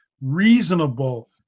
reasonable